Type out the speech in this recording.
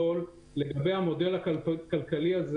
לגבי המודל הכלכלי של